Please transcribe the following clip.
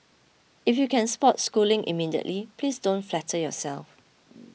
if you can spot schooling immediately please don't flatter yourself